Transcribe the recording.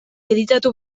editatu